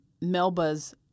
Melba's